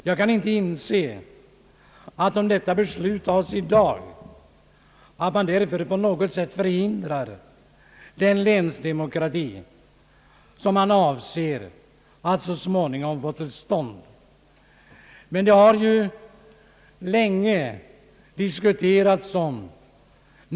Jag kan inte inse att man genom att fatta beslut i dag på något sätt förhindrar den länsdemokrati som man avser att så småningom få till stånd.